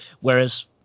Whereas